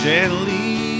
Gently